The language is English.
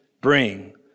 bring